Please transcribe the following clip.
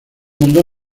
mundo